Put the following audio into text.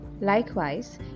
Likewise